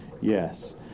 Yes